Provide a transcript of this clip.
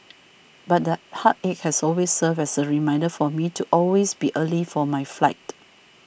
but that heartache has also served as a reminder for me to always be early for my flight